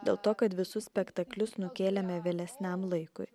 dėl to kad visus spektaklius nukėlėme vėlesniam laikui